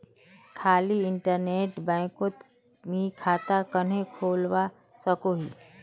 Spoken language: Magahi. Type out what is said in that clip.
खाली इन्टरनेट बैंकोत मी खाता कन्हे खोलवा सकोही?